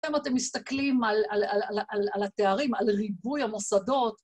אתם מסתכלים על התארים, על ריבוי המוסדות,